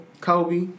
Kobe